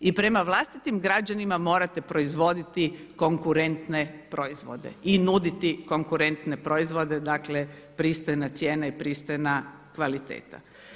I prema vlastitim građanima morate proizvoditi konkurentne proizvode i nuditi konkurentne proizvode, dakle pristojna cijena i pristojna kvaliteta.